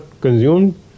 consumed